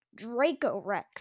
Dracorex